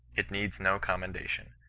it needs no commendation.